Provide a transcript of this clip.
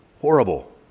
horrible